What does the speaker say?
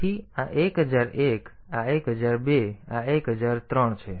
તેથી આ 1001 છે આ 1002 છે આ 1003 છે